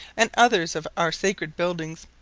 and others of our sacred buildings,